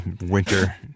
winter